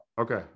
Okay